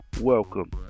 welcome